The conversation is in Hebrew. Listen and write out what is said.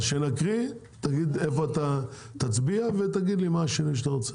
כשנקריא אז תגיד מה השינויים שאתה רוצה.